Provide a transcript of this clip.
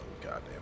goddamn